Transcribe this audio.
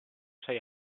sei